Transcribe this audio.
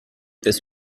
this